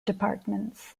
departments